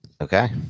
okay